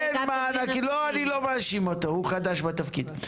אני לא מאשים אותו, הוא חדש בתפקיד.